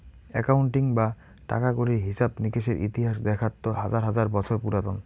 accounting বা টাকা কড়ির হিছাব নিকেসের ইতিহাস দেখাত তো হাজার হাজার বছর পুরাতন